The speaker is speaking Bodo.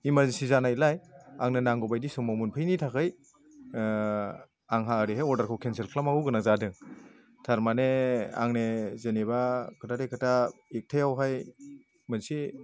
इमारजिनसि जानायलाय आंनो नांगौ बायदि समाव मोनफैयैनि थाखाय आंहा ओरैहाय अर्डारफोरखौ केनसेलनांगौ गोनां जादों थारमानि आंनि जेनेबा खोथाथे खोथा एकथायावहाय मोनसे